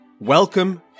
Welcome